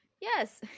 Yes